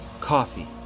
coffee